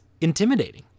intimidating